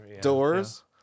doors